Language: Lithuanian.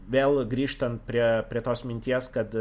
vėl grįžtant prie prie tos minties kad